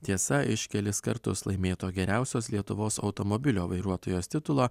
tiesa iš kelis kartus laimėto geriausios lietuvos automobilio vairuotojos titulo